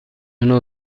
نوع